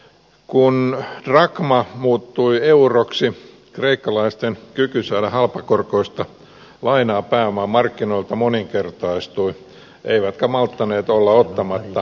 kun drakma muuttui euroksi kreikkalaisten kyky saada halpakorkoista lainaa pääomamarkkinoilta moninkertaistui eivätkä he malttaneet olla ottamatta tilaisuudesta vaarin